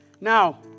Now